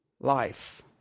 life